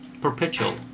perpetual